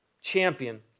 champion